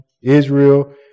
Israel